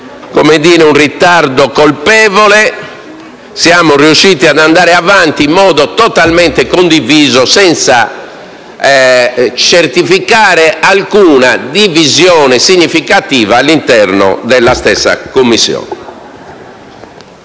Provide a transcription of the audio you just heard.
pagavamo un ritardo colpevole, siamo riusciti ad andare avanti in modo totalmente condiviso senza registrare alcuna divisione significativa all'interno della Commissione.